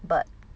but